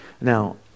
Now